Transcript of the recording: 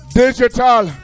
digital